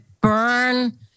burn